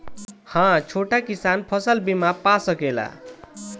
हा छोटा किसान फसल बीमा पा सकेला?